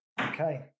Okay